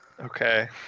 Okay